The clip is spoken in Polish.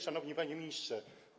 Szanowny Panie Ministrze!